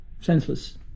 senseless